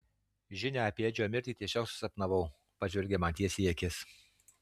žinią apie edžio mirtį tiesiog susapnavau pažvelgia man tiesiai į akis